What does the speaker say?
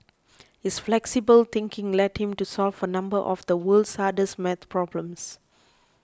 his flexible thinking led him to solve a number of the world's hardest maths problems